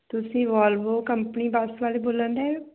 ਤੁਸੀਂ Volvo company bus ਵਾਲੇ ਬੋਲਣ ਡੇ ਹੋ